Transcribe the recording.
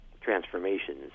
transformations